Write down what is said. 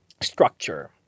structure